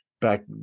back